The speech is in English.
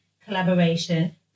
collaboration